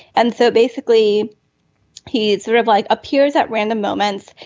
and so basically he sort of like appears at random moments.